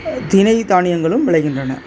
தினை தானியங்களும் விளைகின்றன